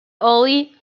ollie